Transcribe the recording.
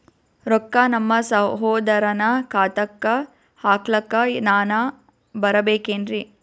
ರೊಕ್ಕ ನಮ್ಮಸಹೋದರನ ಖಾತಾಕ್ಕ ಹಾಕ್ಲಕ ನಾನಾ ಬರಬೇಕೆನ್ರೀ?